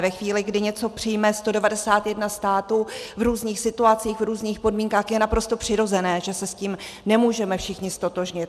Ve chvíli, kdy něco přijme 191 států v různých situacích, v různých podmínkách, je naprosto přirozené, že se s tím nemůžeme všichni ztotožnit.